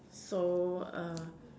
so err